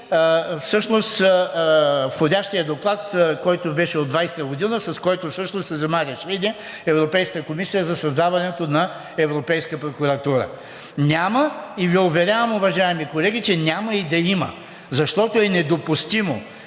и всъщност входящия доклад, който беше от 2020 г., с който всъщност се взе решение от Европейската комисия за създаването на Европейска прокуратура. Няма и Ви уверявам, уважаеми колеги, че няма и да има, защото е недопустимо.